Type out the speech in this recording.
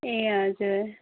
ए हजुर